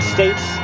States